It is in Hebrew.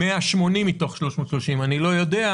ל-180 מתוך 330. האמירה